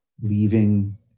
leaving